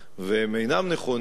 והם אינם נכונים,